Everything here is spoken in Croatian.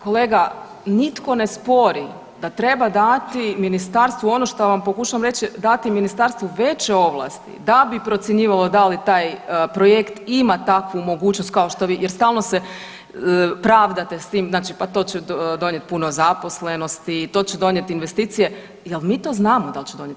Kolega, nitko ne spori da treba dati ministarstvo ono što vam pokušavam reći, dati ministarstvu veće ovlasti da bi procjenjivalo da li taj projekt ima takvu mogućnost kao što vi jer stalno se pravdate s tim, pa to će donijeti puno zaposlenosti, to će dovesti investicije, je li mi to znamo da će donijeti?